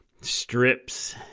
strips